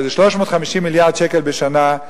וזה 350 מיליארד שקל בשנה,